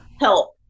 help